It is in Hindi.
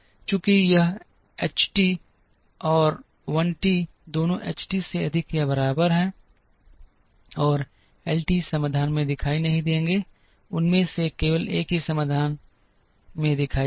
चूँकि यह h t और l t दोनों H t से अधिक या बराबर है और L t समाधान में दिखाई नहीं देंगे उनमें से केवल एक ही समाधान में दिखाई देगा